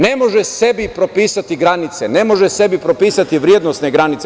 Ne može sebi propisati granice, ne može sebi propisati vrednosne granice.